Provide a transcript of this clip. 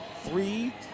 Three